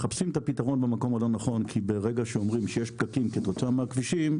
מחפשים את הפתרון במקום הלא נכון כי כשאומרים שיש פקקים בגלל הכבישים,